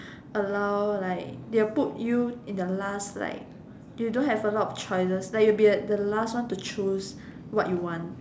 allow like they will put you in the last like you don't have a lot of choices like you will be at the last one to choose what you want